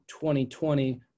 2020